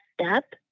step